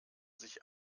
sich